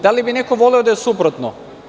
Da li bi neko voleo da je suprotno?